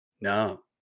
No